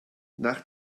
nach